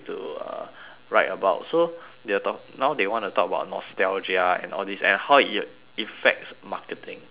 write about so they were tal~ now they wanna talk about nostalgia and all this and how it affects marketing